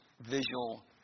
visual